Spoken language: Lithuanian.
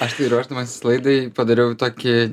aš tai ruošdamasis laidai padariau tokį